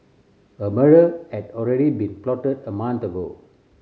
a murder had already been plotted a month ago